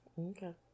Okay